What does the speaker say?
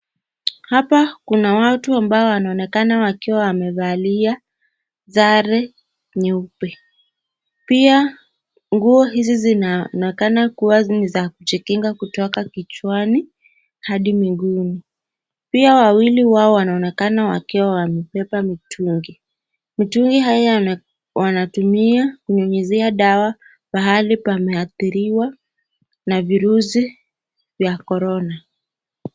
Hapa kuna watu ambao wanaoonekana wakiwa wamevalia sare nyeupe, pia nguo hizi zinaonekana ni za kujikinga kutoka kichwani hadi miguuni, pia wawili wao wanaonekana wakiwa wanabeba mitungi, mitungi haya wanatumia kunyunyizia dawa pahali pameadhiriwa na virusi vya korona.